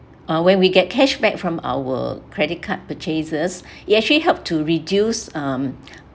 uh when we get cashback from our credit card purchases it actually help to reduce um